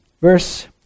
Verse